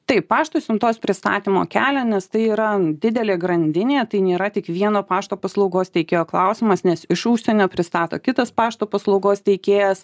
taip pašto siuntos pristatymo kelią nes tai yra didelė grandinė tai nėra tik vieno pašto paslaugos teikėjo klausimas nes iš užsienio pristato kitas pašto paslaugos teikėjas